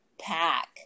pack